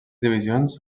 divisions